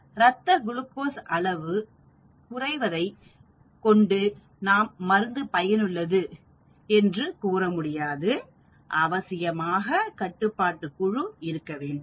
ஆகையால் ரத்த குளுக்கோஸ் அளவு குறைவதைக் கொண்டு நாம் மருந்து பயனுள்ளது என்று கூறமுடியாது அவசியமாக கட்டுப்பாட்டு குழு இருக்க வேண்டும்